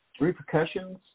repercussions